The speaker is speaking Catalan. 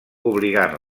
obligant